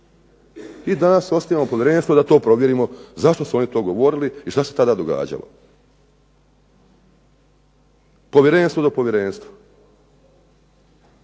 I danas osnivamo povjerenstvo da to provjerimo zašto su oni to govorili i što se tada događalo. Povjerenstvo na povjerenstvo.